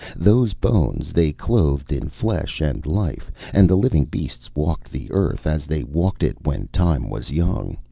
those bones they clothed in flesh and life, and the living beasts walked the earth as they walked it when time was young.